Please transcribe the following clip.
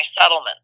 settlement